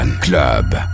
Club